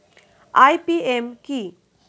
IPM কি?